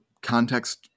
context